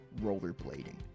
rollerblading